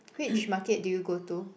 which market do you go to